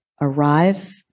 Arrive